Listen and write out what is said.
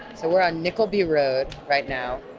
so we're on nickleby road right now.